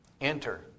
Enter